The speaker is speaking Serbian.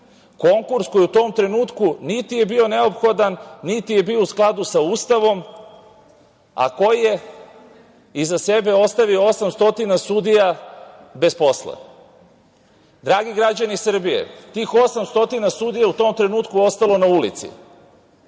konkurs koji u tom trenutku niti je bio neophodan, niti je bio u skladu sa Ustavom, a koji je iza sebe ostavio 800 sudija bez posla. Dragi građani Srbije, tih 800 sudija u tom trenutku ostalo je na ulici